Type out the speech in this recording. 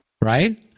Right